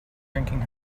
drinking